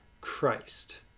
Christ